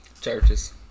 Churches